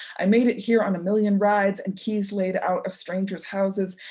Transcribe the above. i made it here on a million rides and keys laid out of strangers' houses,